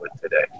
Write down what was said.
today